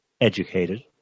Educated